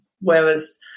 whereas